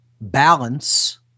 balance